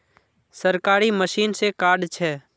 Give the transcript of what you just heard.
सरकारी मशीन से कार्ड छै?